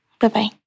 Bye-bye